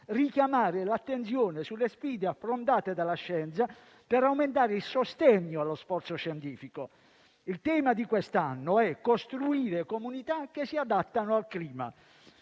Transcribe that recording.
richiamare l'attenzione sulle sfide affrontate dalla scienza per aumentare il sostegno allo sforzo scientifico. Il tema di quest'anno è costruire comunità che si adattano al clima.